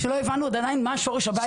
עדיין לא הבנו מה שורש הבעיה.